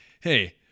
hey